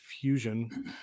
fusion